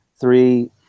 three